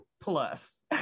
plus